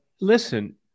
listen